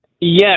Yes